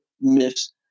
myths